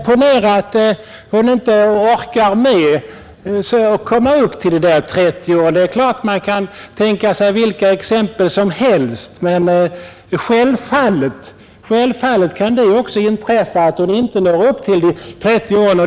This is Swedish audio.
Ponera att kvinnan inte orkar med att komma upp till de 30 pensionsgrundande åren. Det är klart att man kan tänka sig vilka exempel som helst, men självfallet kan det också inträffa att hon inte når upp till dessa 30 år.